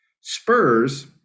Spurs